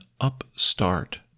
upstart